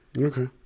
okay